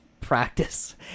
practice